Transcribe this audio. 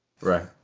Right